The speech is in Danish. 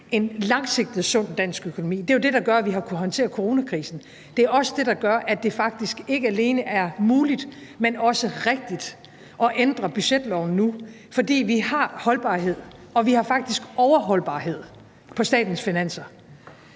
en langsigtet sund dansk økonomi. Det er jo det, der gør, at vi har kunnet håndtere coronakrisen. Det er også det, der gør, at det faktisk ikke alene er muligt, men også rigtigt at ændre budgetloven nu, fordi vi har holdbarhed, og vi har faktisk overholdbarhed i statens finanser